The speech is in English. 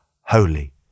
Holy